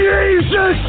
Jesus